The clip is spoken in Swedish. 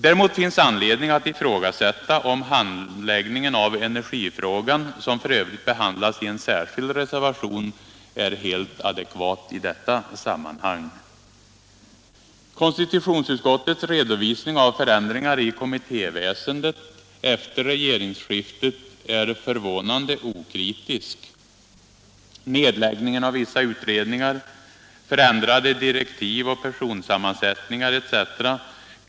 Däremot finns det anledning att ifrågasätta, om handläggningen av energifrågan, som f. ö. behandlas i en särskild reservation, är helt adekvat i detta sammanhang. Konstitutionsutskottets redovisning av förändringar i kommittéväsendet efter regeringsskiftet är förvånande okritisk. Nedläggningen av vissa utredningar, förändrade direktiv och personsammansättningar, etc.